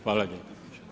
Hvala lijepa.